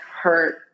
hurt